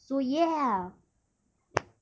so ya